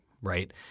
right